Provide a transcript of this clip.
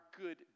good